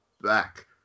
back